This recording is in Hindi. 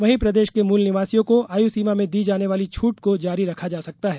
वहीं प्रदेश के मूल निवासियों को आय्सीमा में दी जाने वाली छूट को जारी रखा जा सकता है